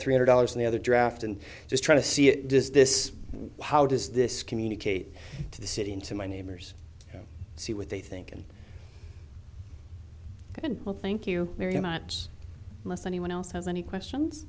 three hundred dollars on the other draft and just trying to see it does this how does this communicate to the city and to my neighbors see what they think can and will thank you very much less anyone else has any questions